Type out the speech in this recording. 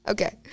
Okay